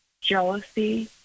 jealousy